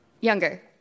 younger